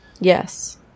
Yes